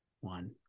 one